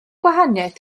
gwahaniaeth